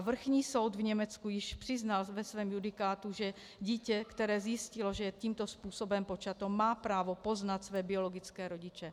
Vrchní soud v Německu již přiznal ve svém judikátu, že dítě, které zjistilo, že je tímto způsobem počato, má právo poznat své biologické rodiče.